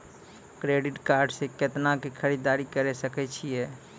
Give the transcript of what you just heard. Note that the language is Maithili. क्रेडिट कार्ड से कितना के खरीददारी करे सकय छियै?